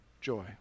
joy